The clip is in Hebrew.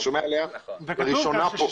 אני שומע את זה לראשונה כאן.